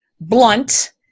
blunt